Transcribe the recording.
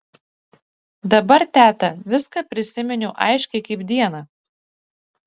dabar teta viską prisiminiau aiškiai kaip dieną